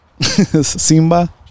Simba